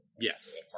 Yes